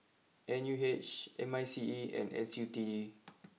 N U H M I C E and S U T D